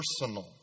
personal